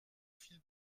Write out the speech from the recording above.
file